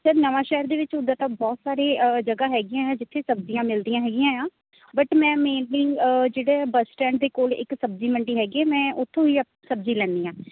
sir Nawanshahr ਦੇ ਵਿੱਚ ਉਦਾਂ ਤਾਂ ਬਹੁਤ ਸਾਰੇ ਜਗ੍ਹਾ ਹੈਗੀਆਂ ਹੈ ਜਿੱਥੇ ਸਬਜ਼ੀਆਂ ਮਿਲਦੀਆਂ ਹੈਗੀਆਂ ਆ ਬਟ ਮੈਂ ਮੇਨਲੀ ਜਿਹੜੇ ਬਸ ਸਟੈਂਡ ਦੇ ਕੋਲ ਇੱਕ ਸਬਜ਼ੀ ਮੰਡੀ ਹੈਗੀ ਆ ਮੈਂ ਉਥੋਂ ਹੀ ਸਬਜ਼ੀ ਲੈਂਦੀ ਹਾਂ